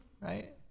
right